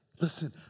Listen